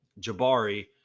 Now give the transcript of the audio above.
Jabari